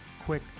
quick